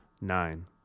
nine